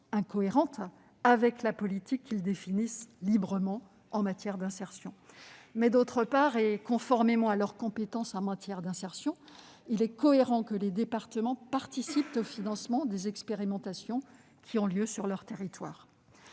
incohérente avec la politique qu'ils définissent librement en matière d'insertion. D'autre part, conformément à leur compétence en matière d'insertion, il est cohérent que les départements participent au financement des expérimentations qui ont lieu sur leur territoire.